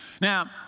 Now